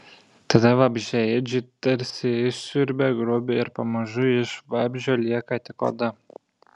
tada vabzdžiaėdžiai tarsi išsiurbia grobį ir pamažu iš vabzdžio lieka tik oda